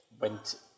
went